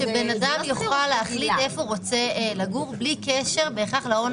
--- שבנאדם יחליט איפה הוא רוצה לגור בלי קשר בהכרח להון